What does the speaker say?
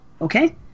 okay